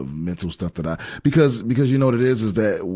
mental stuff that i because, because you know what it is? is that,